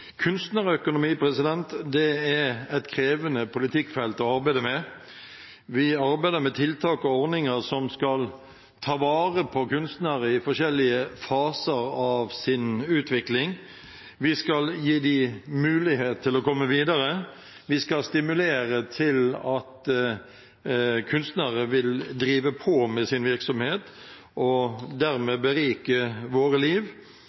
Kunstnerøkonomi er et krevende politikkfelt å arbeide med. Vi arbeider med tiltak og ordninger som skal ta vare på kunstnere i forskjellige faser av sin utvikling, vi skal gi dem mulighet til å komme videre, vi skal stimulere til at kunstnere vil drive på med sin virksomhet og dermed berike våre liv,